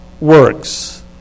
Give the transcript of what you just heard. works